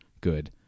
good